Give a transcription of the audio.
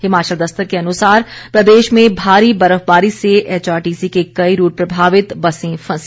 हिमाचल दस्तक के अनुसार प्रदेश में भारी बर्फबारी से एचआरटीसी के कई रूट प्रभावित बसें फंसी